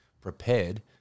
prepared